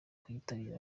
kuyitabira